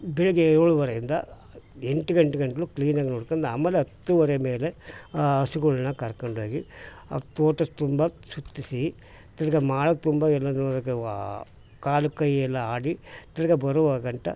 ಬೆಳಗ್ಗೆ ಏಳುವರೆಯಿಂದ ಎಂಟು ಗಂಟೆಗಂಟ್ಲು ಕ್ಲೀನಾಗಿ ನೋಡ್ಕಂಡು ಆಮೇಲೆ ಹತ್ತುವರೆ ಮೇಲೆ ಆ ಹಸುಗಳ್ನ ಕರ್ಕಂಡ್ಹೋಗಿ ತೋಟ ತುಂಬ ಸುತ್ತಿಸಿ ತಿರ್ಗಿ ಮಾಡೋದ್ ತುಂಬ ಎಲ್ಲ ಕಾಲು ಕೈ ಎಲ್ಲ ಆಡಿ ತಿರ್ಗಿ ಬರೋವ ಗಂಟ